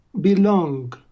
belong